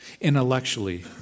intellectually